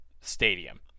stadium